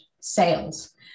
sales